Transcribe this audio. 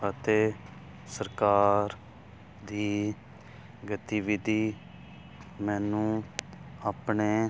ਅਤੇ ਸਰਕਾਰ ਦੀ ਗਤੀਵਿਧੀ ਮੈਨੂੰ ਆਪਣੇ